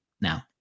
now